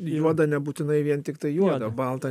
juoda nebūtinai vien tiktai juoda balta